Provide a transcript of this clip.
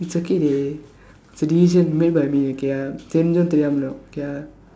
it's okay dey it's a decison made by me okay ah தெரிந்தோ தெரியாமலோ:therindthoo theriyaamaloo okay ah